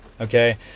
okay